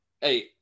Hey